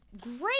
great